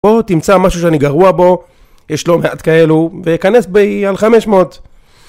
בוא תמצא משהו שאני גרוע בו, יש לא מעט כאלו, וכנס בי על 500